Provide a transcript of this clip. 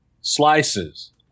slices